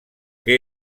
que